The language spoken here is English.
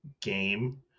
game